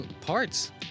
parts